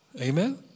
Amen